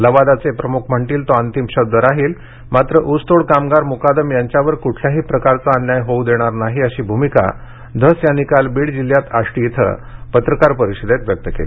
लवादाचे प्रमुख म्हणतील तो अंतीम शब्द राहिल माञ ऊसतोड कामगार मूकादम यांच्यावर कुठल्याही प्रकारचा अन्याय होऊ देणार नाही अशी भूमिका सुरेश धस यांनी काल बीड जिल्ह्यात आष्टी इथं पञकार परिषदेत व्यक्त केली